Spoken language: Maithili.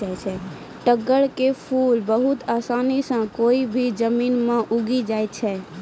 तग्गड़ के फूल बहुत आसानी सॅ कोय भी जमीन मॅ उगी जाय छै